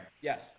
Yes